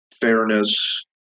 fairness